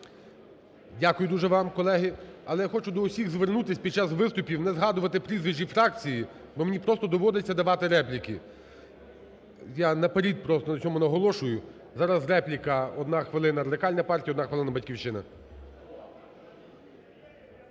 Дякую дуже вам, колеги. Але хочу до всіх звернутися, під час виступів не згадувати прізвищ і фракції, бо мені просто доводиться давати репліки. Я наперед просто на цьому наголошую. Зараз репліка: одна хвилина – Радикальна партія, одна хвилина – "Батьківщина".